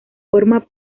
forma